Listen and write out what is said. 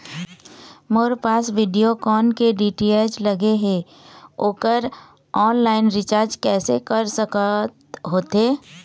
मोर पास वीडियोकॉन के डी.टी.एच लगे हे, ओकर ऑनलाइन रिचार्ज कैसे कर सकत होथे?